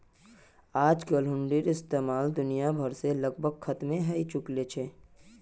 आजकल हुंडीर इस्तेमाल दुनिया भर से लगभग खत्मे हय चुकील छ